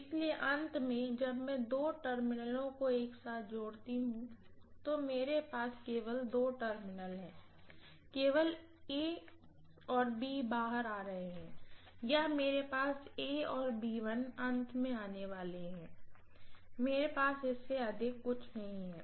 इसलिए अंत में जब मैं दो टर्मिनलों को एक साथ जोड़ती हूँ तो तो मेरे पास केवल दो टर्मिनल हैं केवल और बाहर आ रहे हैं या मेरे पासऔर अंत में आने वाले हैं मेरे पास इससे अधिक नहीं होगा